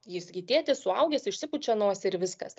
jis gi tėtis suaugęs išsipučia nosį ir viskas